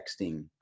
Texting